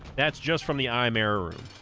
that's just from the i'm error room